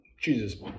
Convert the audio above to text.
Jesus